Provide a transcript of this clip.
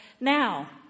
now